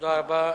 תודה רבה.